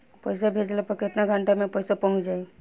पैसा भेजला पर केतना घंटा मे पैसा चहुंप जाई?